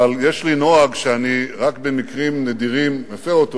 אבל יש לי נוהג שאני רק במקרים נדירים מפר אותו,